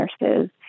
nurses